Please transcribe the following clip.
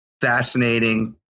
Fascinating